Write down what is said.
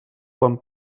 quan